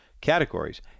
categories